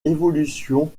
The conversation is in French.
évolution